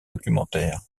documentaire